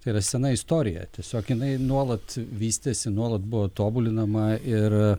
tai yra sena istorija tiesiog jinai nuolat vystėsi nuolat buvo tobulinama ir